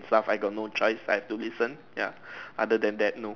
plus I got no choice I have to listen ya other than that nope